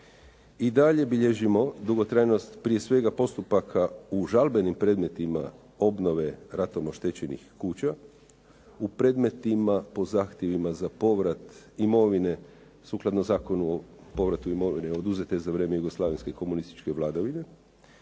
I dalje bilježimo dugotrajnost prije svega postupaka u žalbenim predmetima obnove ratom oštećenih kuća, u predmetima po zahtjevima za povrat imovine, sukladno Zakonu o povratu imovine oduzete za vrijeme jugoslavenske komunističke vladavine.